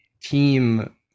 team